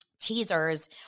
teasers